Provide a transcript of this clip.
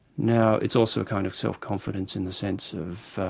now, it's also a kind of self-confidence in the sense of,